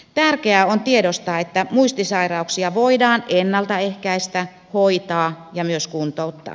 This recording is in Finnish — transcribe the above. tärkeää on tiedostaa että muistisairauksia voidaan ennaltaehkäistä hoitaa ja myös kuntouttaa